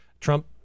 Trump